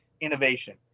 innovation